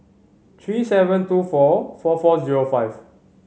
three seven two four four four zero five